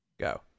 go